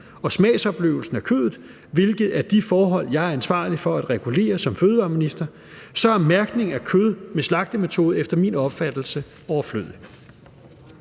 og smagsoplevelsen af kødet, hvilket er de forhold, jeg er ansvarlig for at regulere som fødevareminister, så er mærkning af kød med slagtemetode efter min opfattelse overflødig.